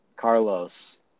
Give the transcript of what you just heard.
Carlos